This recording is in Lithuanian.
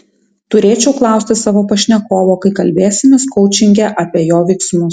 turėčiau klausti savo pašnekovo kai kalbėsimės koučinge apie jo veiksmus